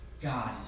God